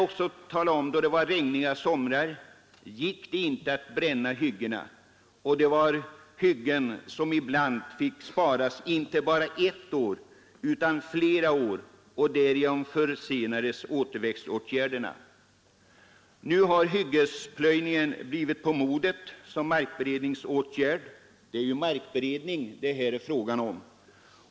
Under regniga somrar gick det inte att bränna hyggena, och ibland fick hyggen sparas inte bara ett utan flera år. Därigenom försenades återväxtåtgärderna. Nu har hyggesplöjningen blivit på modet som markberedningsåtgärd — det är ju markberedning det här är fråga om.